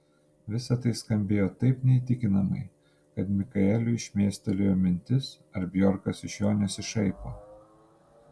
visa tai skambėjo taip neįtikimai kad mikaeliui šmėstelėjo mintis ar bjorkas iš jo nesišaipo